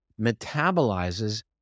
metabolizes